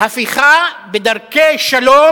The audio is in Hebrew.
הפיכה בדרכי שלום.